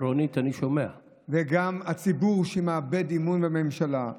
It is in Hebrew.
גם הציבור מאבד אמון בממשלה.